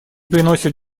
приносят